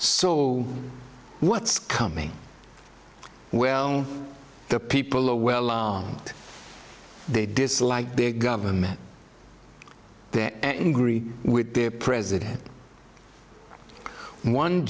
so what's coming well the people are well armed they dislike their government they're angry with their president one